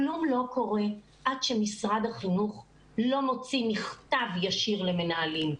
כלום לא קורה עד שמשרד החינוך לא מוציא מכתב ישיר למנהלים.